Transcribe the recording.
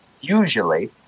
usually